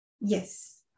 Yes